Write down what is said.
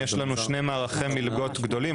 יש לנו שני מערכי מלגות גדולים,